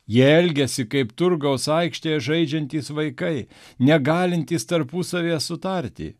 jie elgiasi kaip turgaus aikštėje žaidžiantys vaikai negalintys tarpusavyje sutarti